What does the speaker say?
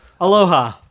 Aloha